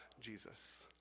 Jesus